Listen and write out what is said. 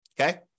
Okay